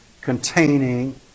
containing